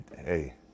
hey